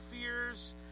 fears